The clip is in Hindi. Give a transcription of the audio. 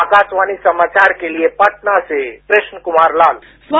आकाशवाणी समाचार के लिए पटना से कृष्ण कुमार लाल